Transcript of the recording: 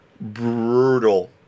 brutal